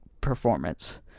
performance